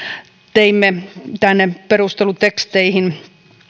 teimme tänne perusteluteksteihin